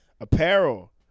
apparel